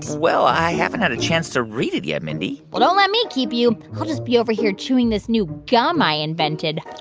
well, i haven't had a chance to read it yet, mindy well, don't let me keep you. i'll just be over here chewing this new gum i invented.